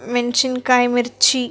ಮೆಣ್ಸಿನ್ಕಾಯಿ ಮಿರ್ಚಿ